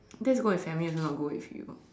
that's go with family also not go with you